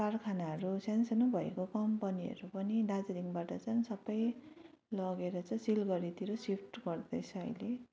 कारखानाहरू सानो सानो भएको कम्पनीहरू पनि दार्जिलिङबाट चाहिँ सबै लगेर चाहिँ सिलगडीतिर सिफ्ट गर्दैछ अहिले